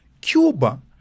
Cuba